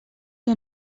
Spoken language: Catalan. que